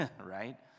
right